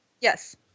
Yes